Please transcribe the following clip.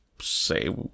say